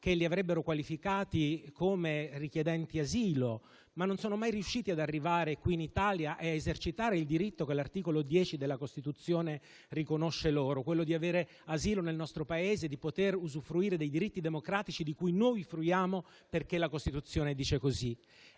che li avrebbero qualificati come richiedenti asilo, ma non sono mai riusciti ad arrivare qui in Italia e a esercitare il diritto che l'articolo 10 della Costituzione riconosce loro, quello di avere asilo nel nostro Paese e di usufruire dei diritti democratici di cui noi fruiamo, perché la Costituzione così